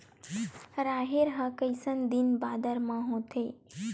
राहेर ह कइसन दिन बादर म होथे?